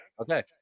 Okay